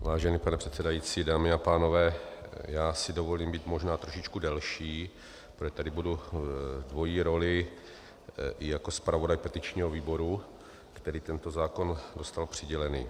Vážený pane předsedající, dámy a pánové, já si dovolím být možná trošičku delší, protože tady budu v dvojí roli i jako zpravodaj petičního výboru, který tento zákon dostal přidělený.